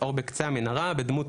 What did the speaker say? לביטולם.